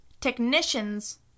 technicians